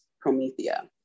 Promethea